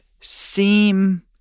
seem